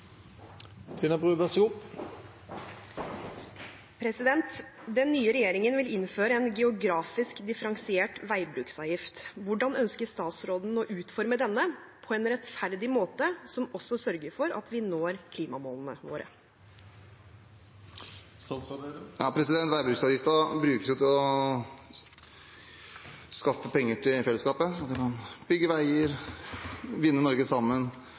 nye regjeringen vil innføre en geografisk differensiert veibruksavgift. Hvordan ønsker statsråden å utforme denne, på en rettferdig måte som også sørger for at vi når klimamålene våre?» Veibruksavgiften brukes til å skaffe penger til fellesskapet, sånn at vi kan bygge veier og binde Norge sammen,